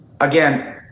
again